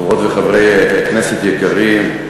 חברות וחברי כנסת יקרים,